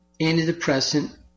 antidepressant